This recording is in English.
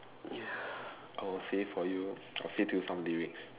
yes I will say for you I'll say to you some lyrics